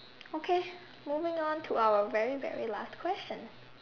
okay moving on to our very very last question